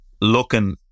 looking